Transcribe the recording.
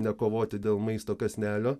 nekovoti dėl maisto kąsnelio